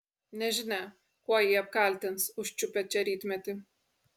nežinia kuo jį apkaltins užčiupę čia rytmetį